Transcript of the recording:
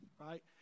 right